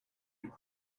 you